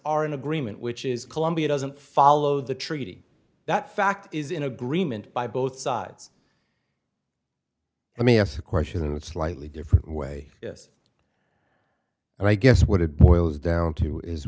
are in agreement which is colombia doesn't follow the treaty that fact is in agreement by both sides let me ask a question a slightly different way yes i guess what it boils down to is